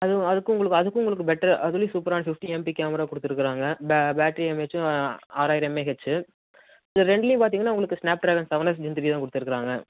அது அதுக்கும் உங்களுக்கு உங்களுக்கு பெட்டர் அதுலேயும் சூப்பராக ஃபிஃப்டி எம்பி கேமரா கொடுத்துருக்காங்க பே பேட்ரி எம்ஏஹெச்சும் ஆறாயிரம் எம்ஏஹெச் இது ரெண்டுலையும் பார்த்திங்கன்னா உங்களுக்கு snapdragon seven S Intel GB தான் கொடுத்துருக்குறாங்க